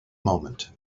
moment